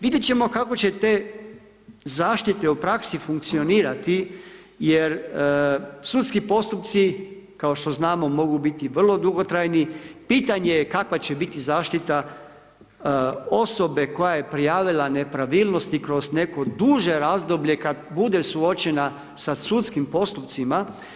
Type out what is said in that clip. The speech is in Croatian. Vidjet ćemo kako će te zaštite u praksi funkcionirati jer sudski postupci, kao što znamo, mogu biti vrlo dugotrajni, pitanje je kakva će biti zaštita osobe koja je prijavila nepravilnosti kroz neko duže razdoblje kad bude suočena sa sudskim postupcima.